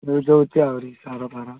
ଇଏ ଦେଉଛି ଆହୁରି ସାର ଫାର